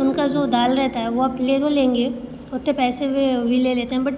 उनका जो दाल रहता है वो आप ले तो लेंगे उतने पैसे भी ले लेते हैं बट